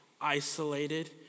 isolated